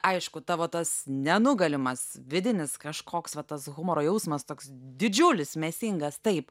aišku tavo tas nenugalimas vidinis kažkoks va tas humoro jausmas toks didžiulis mėsingas taip